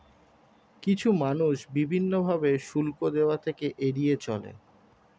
কিছু মানুষ বিভিন্ন ভাবে শুল্ক দেওয়া থেকে এড়িয়ে চলে